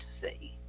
see